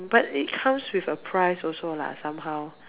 mm but it comes with a price also lah somehow